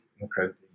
incredibly